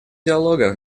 диалога